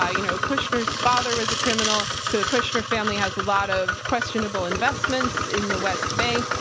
ah you know, kushner's father was a criminal. the kushner family has a lot of questionable investments in the west bank.